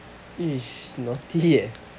is naughty eh